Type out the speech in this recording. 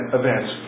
events